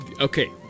Okay